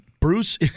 Bruce